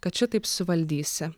kad šitaip suvaldysi